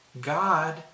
God